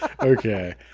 Okay